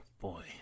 boy